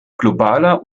globaler